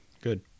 Good